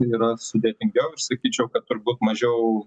yra sudėtingiau ir sakyčiau kad turbūt mažiau